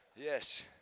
Yes